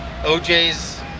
OJ's